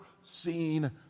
seen